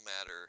matter